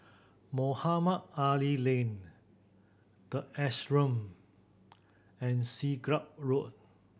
Mohamed Ali Lane The Ashram and Siglap Road